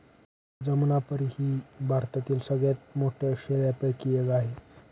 जमनापरी ही भारतातील सगळ्यात मोठ्या शेळ्यांपैकी एक आहे